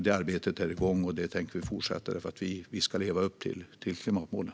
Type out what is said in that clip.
Det arbetet är igång, och det tänker vi fortsätta med. Vi ska leva upp till klimatmålen.